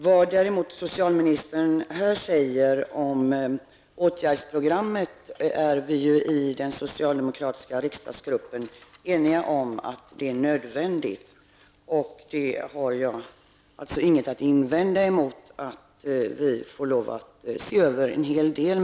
Det som socialministern sade om åtgärdsprogrammet är vi ju i den socialdemokratiska riksdagsgruppen eniga om. Programmet är nödvändigt, och jag har ingenting att invända mot att vi får lov att se över en hel del.